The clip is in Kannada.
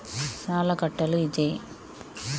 ಸಾಲ ಕಟ್ಟಲು ಇದೆ